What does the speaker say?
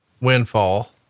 windfall